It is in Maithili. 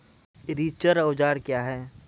रिचर औजार क्या हैं?